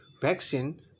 vaccine